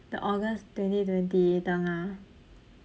the august twenty twenty tengah